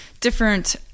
different